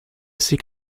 seek